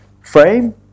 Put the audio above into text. frame